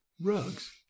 Rugs